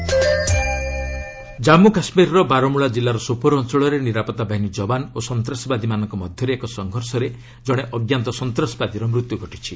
JK gunfight Jammu କାଶ୍ମୀରର ବାରମୂଳା ଜିଲ୍ଲାର ସୋପୋର୍ ଅଞ୍ଚଳରେ ନିରାପତ୍ତା ବାହିନୀ ଯବାନ ଓ ସନ୍ତାସବାଦୀମାନଙ୍କ ମଧ୍ୟରେ ଏକ ସଂଘର୍ଷରେ ଜଣେ ଅଜ୍ଞାତ ସନ୍ତାସବାଦୀର ମୃତ୍ୟୁ ଘଟିଛି